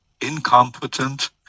incompetent